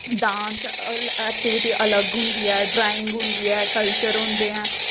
dance activity अलग होंदी ऐ ड्राइंग होंदी ऐ कल्चर होंदे ऐ